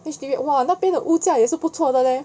H_D_B !wah! 那边的屋价也是不错的 leh